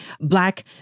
Black